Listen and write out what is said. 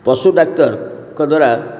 ପଶୁ ଡାକ୍ତରଙ୍କ ଦ୍ୱାରା